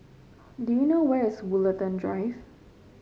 do you know where is Woollerton Drive